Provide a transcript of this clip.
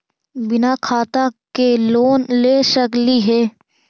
बिना खाता के लोन ले सकली हे?